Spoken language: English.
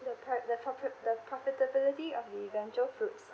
the pre~ the profit~ the profitability of eventual groups